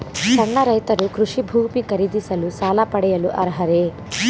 ಸಣ್ಣ ರೈತರು ಕೃಷಿ ಭೂಮಿ ಖರೀದಿಸಲು ಸಾಲ ಪಡೆಯಲು ಅರ್ಹರೇ?